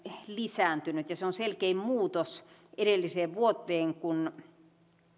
lisääntynyt se oli selkein muutos edelliseen vuoteen kun